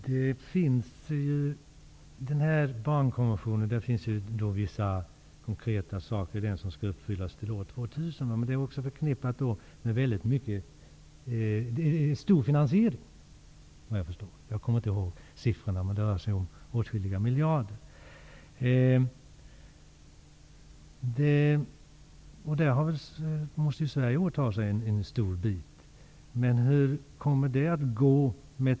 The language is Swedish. Herr talman! I barnkonventionen finns vissa konkreta krav som skall uppfyllas till år 2000. Men det är också förknippat med stora finansiella insatser, vad jag förstår. Det rör sig om åtskilliga miljarder. Där måste Sverige åta sig en stor del. Hur kommer det att gå?